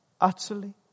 Utterly